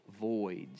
voids